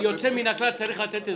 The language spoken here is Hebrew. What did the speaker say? ליוצא מן הכלל צריך לתת הסבר.